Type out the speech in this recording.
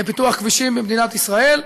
לפיתוח כבישים במדינת ישראל,